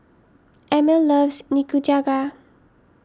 Emil loves Nikujaga